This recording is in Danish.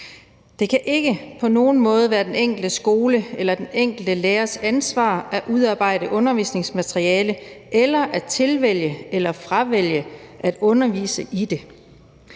nogen måde være den enkelte skoles eller den enkelte lærers ansvar at udarbejde undervisningsmateriale eller at tilvælge eller fravælge at undervise i det.